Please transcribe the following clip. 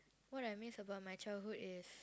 what I miss about my childhood is